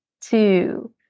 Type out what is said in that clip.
two